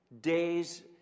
days